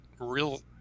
real